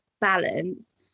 balance